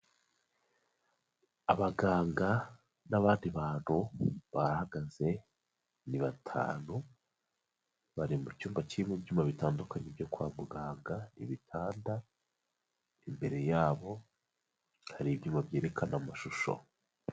Abaganga n'abandi bantu barahagaze, ni batanu, bari mu cyumba kirimo ibyuma bitandukanye byo kwa muganga n'ibitanda, imbere yabo hari ibyuma byerekana amashusho.